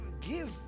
give